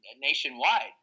nationwide